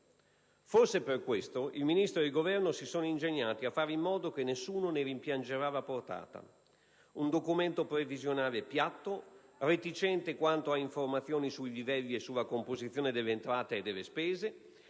Forse per questo motivo, il Ministro ed il Governo si sono ingegnati a fare in modo che nessuno ne rimpiangerà la portata: un Documento previsionale piatto, reticente quanto a informazioni sui livelli e sulla composizione delle entrate e delle spese,